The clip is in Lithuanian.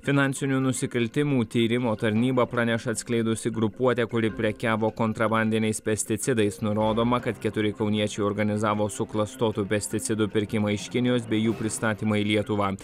finansinių nusikaltimų tyrimo tarnyba praneša atskleidusi grupuotę kuri prekiavo kontrabandiniais pesticidais nurodoma kad keturi kauniečiai organizavo suklastotų pesticidų pirkimą iš kinijos bei jų pristatymą į lietuvą